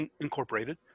incorporated